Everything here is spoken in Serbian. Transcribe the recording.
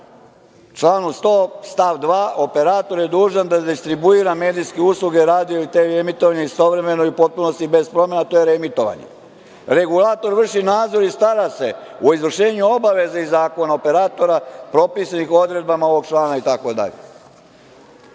članom 100. stav 2. – operator je dužan da distribuira medijske usluge, radio i tv emitovanja istovremeno i u potpunosti bez promena, a to je reemitovanje. Regulator vrši nadzor i stara se o izvršenju obaveza iz zakona operatora, propisanih odredbama ovog člana itd.U